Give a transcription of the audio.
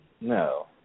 No